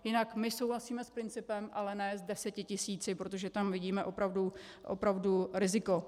Jinak my souhlasíme s principem, ale ne s deseti tisíci, protože tam vidíme opravdu riziko.